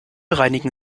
reinigen